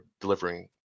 delivering